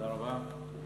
תודה רבה.